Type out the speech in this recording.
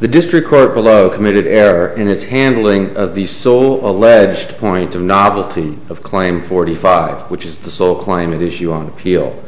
the district court below committed error in its handling of the sole alleged point of novelty of claim forty five which is the sole climate issue on appeal